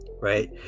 right